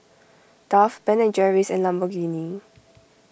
Dove Ben and Jerry's and Lamborghini